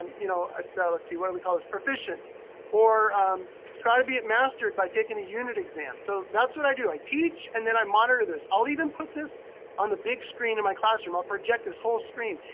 um you know ah let's see, what do we call this, proficient or try to be at mastered by taking a unit exam. so that's what i do, i teach and then i monitor this. i'll even put this on the big screen in the classroom. i'll project this whole screen.